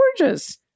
gorgeous